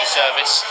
service